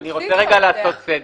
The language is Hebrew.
אני רוצה לעשות סדר.